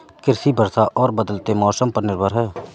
कृषि वर्षा और बदलते मौसम पर निर्भर है